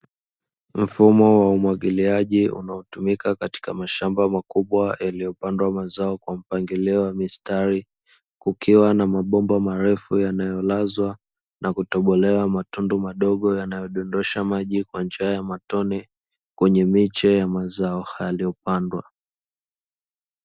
Mfumo wa umwagiliaji unaotumika katika mashamba makubwa yaliyopandwa mazao kwa mpangilio wa mistari kukiwa na mabomba marefu yanayolazwa na kutobolewa matundu madogo, yanayodondosha maji kwa njia ya matone kwenye miche ya mazao hayo yaliyopandwa.